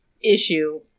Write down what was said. issue